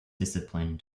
discipline